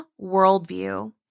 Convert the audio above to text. worldview